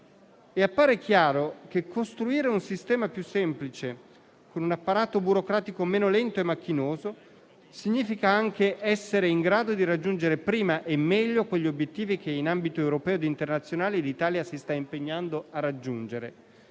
Appare chiaro che costruire un sistema più semplice, con un apparato burocratico meno lento e macchinoso, significa anche essere in grado di raggiungere, prima e meglio, quegli obiettivi che, in ambito europeo e internazionale, l'Italia si sta impegnando a raggiungere.